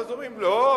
אז אומרים: לא,